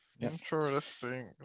Interesting